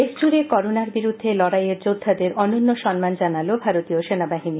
দেশ জুডে করোনার বিরুদ্ধে লড়াইমের মোদ্ধাদের অনন্য সম্মান জানাল ভারতীয় সেনা বহিনী